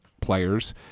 players